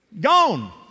Gone